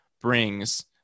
brings